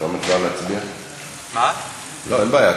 לא, אין בעיה.